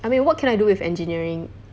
I mean what can I do with engineering